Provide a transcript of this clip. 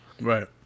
Right